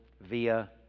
via